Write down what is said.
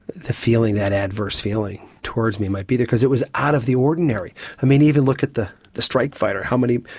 the feeling, that adverse feeling, towards me might be there. because it was out of the ordinary i mean, even look at the the strike fighter, how many.